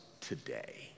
today